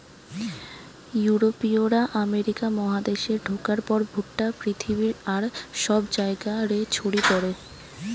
ইউরোপীয়রা আমেরিকা মহাদেশে ঢুকার পর ভুট্টা পৃথিবীর আর সব জায়গা রে ছড়ি পড়ে